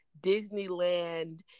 Disneyland